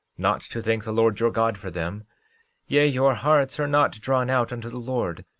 not to thank the lord your god for them yea, your hearts are not drawn out unto the lord,